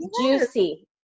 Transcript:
juicy